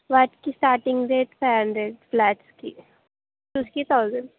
వాటికి starting rate five hundred ఫ్లాట్స్కి షూస్కి థౌజండ్